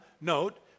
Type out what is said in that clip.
note